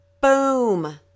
boom